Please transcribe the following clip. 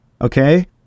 okay